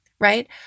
right